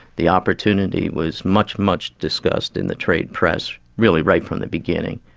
the opportunity, was much, much discussed in the trade press really right from the beginning,